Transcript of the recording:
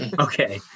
Okay